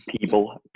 people